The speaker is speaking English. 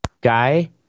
guy